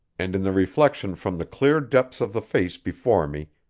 and in the reflection from the clear depths of the face before me,